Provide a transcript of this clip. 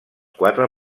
quatre